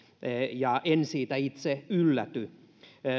ja en siitä itse ylläty